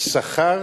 שכר